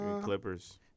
Clippers